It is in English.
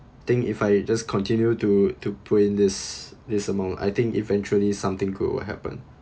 think if I just continue to to put in this this amount I think eventually something good will happen